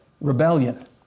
rebellion